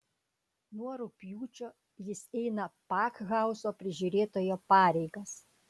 nuo rugpjūčio jis eina pakhauzo prižiūrėtojo pareigas